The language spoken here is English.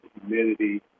humidity